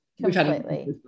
Completely